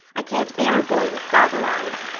i can't bear a boy with goggle eyes.